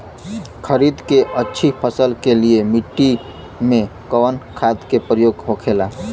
खरीद के अच्छी फसल के लिए मिट्टी में कवन खाद के प्रयोग होखेला?